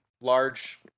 large